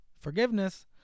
forgiveness